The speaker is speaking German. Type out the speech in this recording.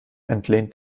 entlehnt